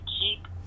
keep